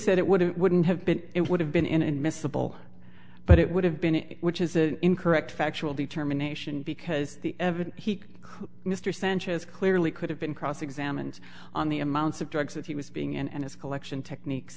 said it would it wouldn't have been it would have been in admissible but it would have been which is an incorrect factual determination because the evidence he could mr sanchez clearly could have been cross examined on the amounts of drugs that he was being and his collection techniques